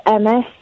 MS